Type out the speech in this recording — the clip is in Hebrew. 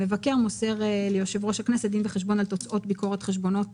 המבקר מוסר ליושב-ראש הכנסת דין וחשבון על תוצאות ביקורת החשבונות